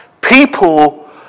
people